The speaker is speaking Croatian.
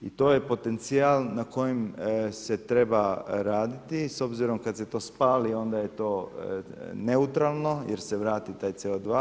I to je potencijal na kojem se treba raditi, s obzirom kad se to spali onda je to neutralno jer se vrati taj CO2.